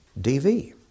DV